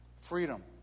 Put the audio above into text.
Freedom